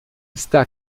está